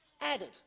added